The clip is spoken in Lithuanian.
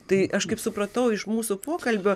tai aš kaip supratau iš mūsų pokalbio